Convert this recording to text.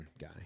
guy